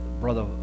Brother